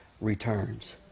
returns